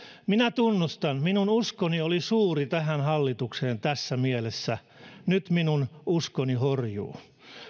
minä tunnustan minun uskoni oli suuri tähän hallitukseen tässä mielessä nyt minun uskoni horjuu